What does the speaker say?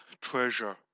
treasure